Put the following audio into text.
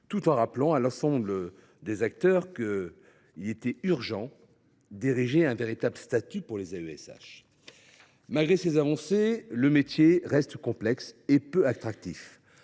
tout en rappelant à l’ensemble des acteurs qu’il était urgent d’ériger un véritable statut pour les AESH. Malgré ces avancées, le métier reste complexe et peu attractif.